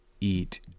eat